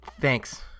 Thanks